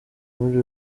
muri